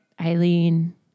Eileen